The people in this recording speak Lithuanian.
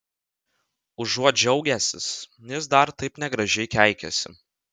užuot džiaugęsis jis dar taip negražiai keikiasi